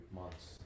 months